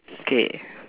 okay